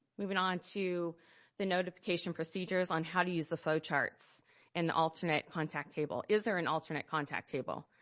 moving onto the notification procedures on how to use the flowcharts and the alternate contact table. is there an alternate contact table?